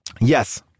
Yes